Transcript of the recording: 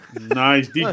Nice